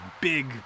big